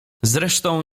zresztą